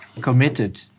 committed